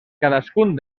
cadascun